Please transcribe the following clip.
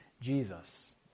Jesus